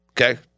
okay